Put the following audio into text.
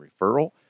referral